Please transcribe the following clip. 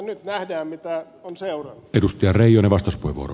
nyt nähdään mikä on seuraus